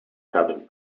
cabin